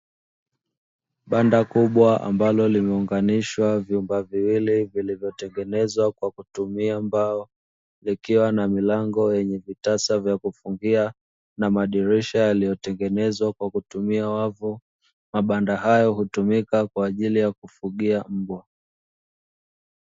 Banda kubwa ambalo limeunganisha wa vyumba viwili ambavyo vimetengenezwa kwa kutumia mbao, likiwa na milango yenye vitasa vya kufungia na madirisha yaliyotengenezwa kwa kutumia wavu, mabanda hayo hutumika kwa ajili ya kufugia mbwa.